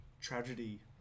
tragedy